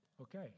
Okay